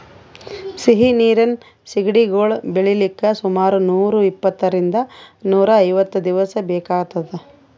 ಸಿಹಿ ನೀರಿನ್ ಸಿಗಡಿಗೊಳ್ ಬೆಳಿಲಿಕ್ಕ್ ಸುಮಾರ್ ನೂರ್ ಇಪ್ಪಂತ್ತರಿಂದ್ ನೂರ್ ಐವತ್ತ್ ದಿವಸ್ ಬೇಕಾತದ್